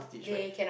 they cannot